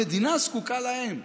המדינה זקוקה להם.